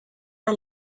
our